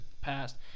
past